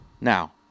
Now